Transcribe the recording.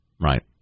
right